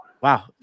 Wow